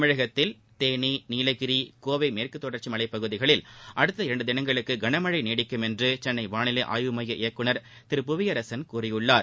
தமிழகத்தில் தேனி நீலகிரி கோவை மேற்குத் தொடர்ச்சி மலைப்பகுதிகளில் அடுத்த இரண்டு தினங்களுக்கு களமழை நீடிக்கும் என்று சென்னை வானிலை ஆய்வு மைய இயக்குநர் திரு புவியரசன் கூறியுள்ளார்